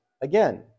again